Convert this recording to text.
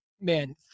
Man